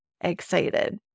excited